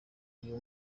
uyu